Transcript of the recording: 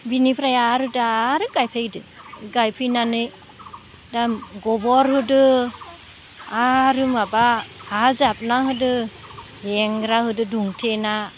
बिनिफ्राय आरो दा आरो गायफायदो गायफैनानै दा गोबोर होदो आरो माबा हा जाबना होदो बेंग्रा होदो दुमथेना